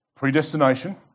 predestination